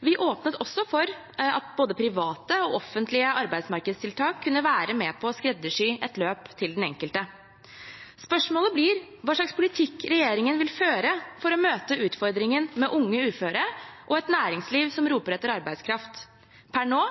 Vi åpnet også for at både private og offentlige arbeidsmarkedstiltak kunne være med på å skreddersy et løp til den enkelte. Spørsmålet blir hva slags politikk regjeringen vil føre for å møte utfordringen med unge uføre og et næringsliv som roper etter arbeidskraft. Per nå